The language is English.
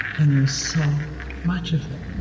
and there's so much of it